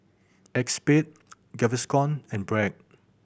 Acexspade Gaviscon and Bragg